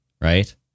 right